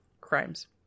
crimes